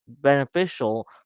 beneficial